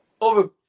over